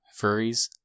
furries